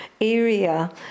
area